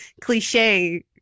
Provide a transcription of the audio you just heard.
cliche